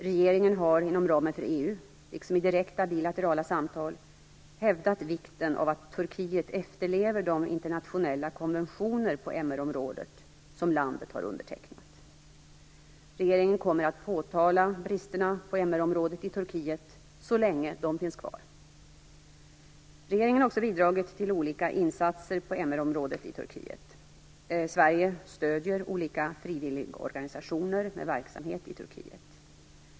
Regeringen har inom ramen för EU, liksom i direkta bilaterala samtal, hävdat vikten av att Turkiet efterlever de internationella konventioner på MR-området som landet har undertecknat. Regeringen kommer att påtala bristerna på MR-området i Turkiet - så länge de finns kvar. Regeringen har också bidragit till olika insatser på MR-området i Turkiet. Sverige stöder olika frivilligorganisationer med verksamhet i Turkiet.